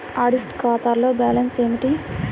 Audit ఖాతాలో balance ఏమిటీ?